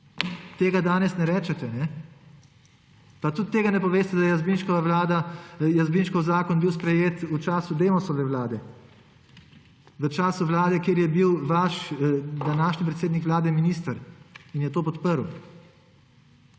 Tega danes ne rečete. Pa tudi tega ne poveste, da je Jazbinškov zakon bil sprejet v času Demosove vlade; v času vlade, kjer je bil vaš današnji predsednik Vlade minister in je to podprl.